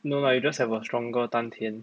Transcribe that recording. no lah you just have a stronger 丹田